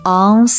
on